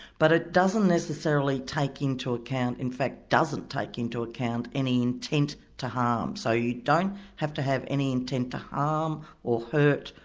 but it doesn't necessarily take into account, in fact doesn't take into account, any intent to harm. so you don't have to have any intent to harm or hurt,